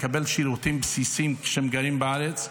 ולקבל שירותים בסיסיים כשהם גרים בארץ.